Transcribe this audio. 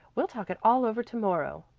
we'll talk it all over to-morrow.